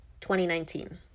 2019